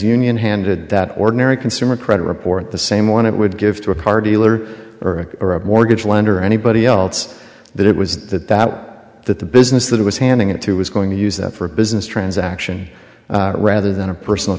union handed that ordinary consumer credit report the same one it would give to a car dealer or a mortgage lender or anybody else that it was that that that the business that it was handing it to was going to use that for a business transaction rather than a personal